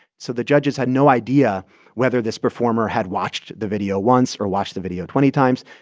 so the judges had no idea whether this performer had watched the video once or watched the video twenty times.